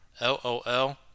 LOL